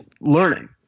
learning